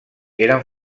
eren